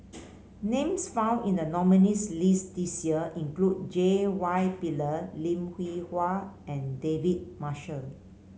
names found in the nominees' list this year include J Y Pillay Lim Hwee Hua and David Marshall